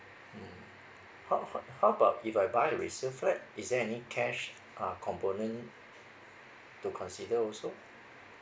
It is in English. mm how how how about if I buy a resale flat is there any cash uh component to consider also